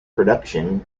production